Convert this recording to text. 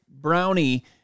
brownie